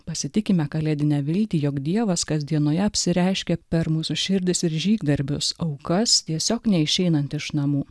pasitikime kalėdinę viltį jog dievas kasdienoje apsireiškia per mūsų širdis ir žygdarbius aukas tiesiog neišeinant iš namų